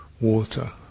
water